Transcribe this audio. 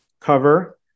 cover